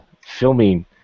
filming